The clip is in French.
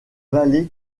vallée